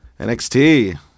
NXT